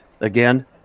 Again